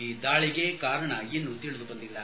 ಈ ದಾಳಿಗೆ ಕಾರಣ ಇನ್ನೂ ತಿಳಿದು ಬಂದಿಲ್ಲ